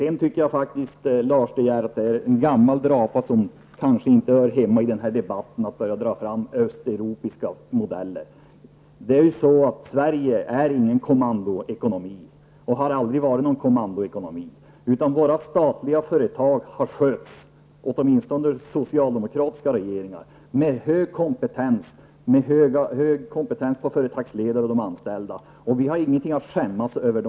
Jag tycker faktiskt, Lars De Geer, att det är en gammal drapa som inte hör hemma i den här debatten att dra fram östeuropeiska modeller. Sverige är ingen kommandoekonomi och har aldrig varit en sådan, utan våra statliga företag har skötts, åtminstone under socialdemokratiska regeringar, med hög kompetens hos företagsledare och anställda. Vi har ingenting att skämmas över.